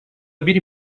bir